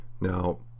Now